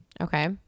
Okay